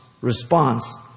response